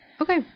Okay